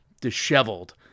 disheveled